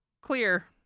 clear